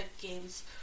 games